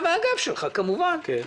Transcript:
אתה והאגף שלך, כמובן -- כן?